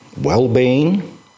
well-being